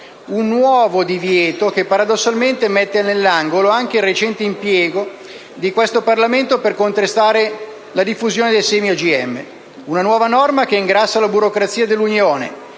un nuovo divieto che, paradossalmente, mette nell'angolo anche il recente impegno di questo Parlamento per contrastare la diffusione di semi OGM. Si tratta di nuova norma che ingrassa la burocrazia dell'Unione